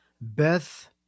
Beth